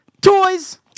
Toys